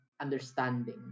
understanding